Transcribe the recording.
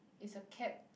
is a cat